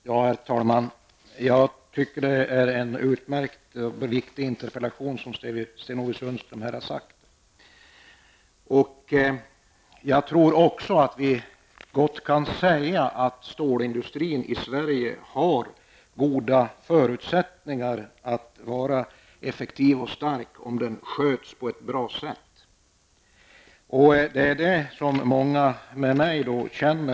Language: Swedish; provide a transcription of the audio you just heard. Herr talman! Jag tycker det är en utmärkt och viktig interpellation som Sten-Ove Sundström har ställt. Även jag tror att vi kan säga att stålindustrin i Sverige har goda förutsättningar att vara effektiv och stark om den sköts på ett bra sätt. Många med mig känner oro för den saken.